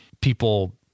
people